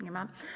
Nie ma.